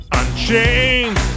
unchained